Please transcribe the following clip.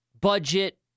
Budget